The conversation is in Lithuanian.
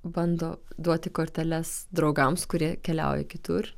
bando duoti korteles draugams kurie keliauja kitur